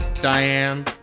Diane